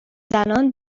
زنان